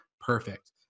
perfect